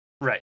Right